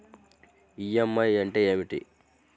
EMI అంటే ఏమిటి?